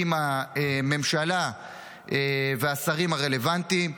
עם הממשלה והשרים הרלוונטיים.